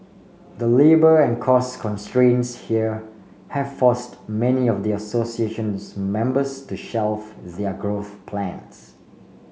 the labour and cost constraints here have forced many of the association's members to shelf their growth plans